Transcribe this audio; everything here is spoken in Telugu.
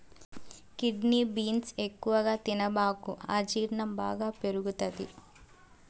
కిడ్నీ బీన్స్ ఎక్కువగా తినబాకు అజీర్ణం బాగా పెరుగుతది